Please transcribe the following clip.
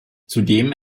zudem